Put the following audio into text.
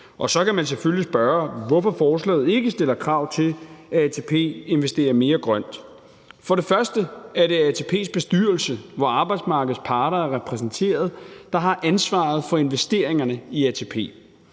Så kan man selvfølgelig spørge, hvorfor forslaget ikke stiller krav til, at ATP investerer mere grønt. For det første er det ATP's bestyrelse, hvor arbejdsmarkedets parter er repræsenteret, der har ansvaret for investeringerne i ATP.